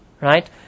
Right